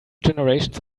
generations